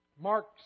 Mark